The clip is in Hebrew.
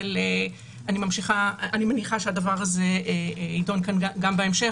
אבל אני מניחה שהדבר הזה ידון כאן גם בהמשך